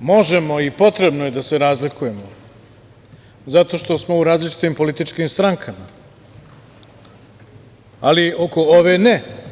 možemo i potrebno je da se razlikujemo zato što smo u različitim političkim strankama, ali oko ove ne.